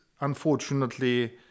unfortunately